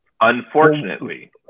unfortunately